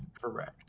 Correct